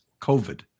COVID